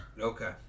Okay